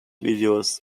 videos